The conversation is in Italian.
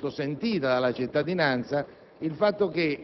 altra questione molto sentita dalla cittadinanza - che